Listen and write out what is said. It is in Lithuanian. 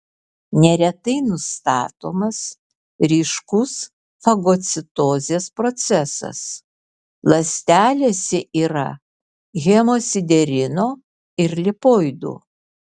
neretai nustatomas ryškus fagocitozės procesas ląstelėse yra hemosiderino ir lipoidų